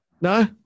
No